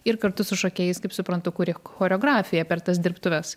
ir kartu su šokėjais kaip suprantu kuri choreografiją per tas dirbtuves